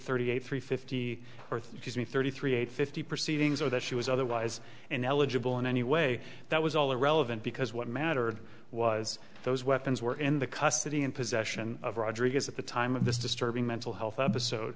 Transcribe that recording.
thirty eight three fifty or three thirty three eight fifty proceedings or that she was otherwise ineligible and anyway that was all irrelevant because what mattered was those weapons were in the custody and possession of rodriguez at the time of this disturbing mental health episode